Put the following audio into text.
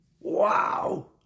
Wow